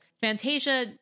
Fantasia